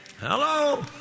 Hello